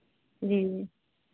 जी